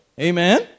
Amen